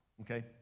okay